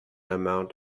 amount